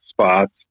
spots